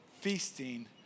feasting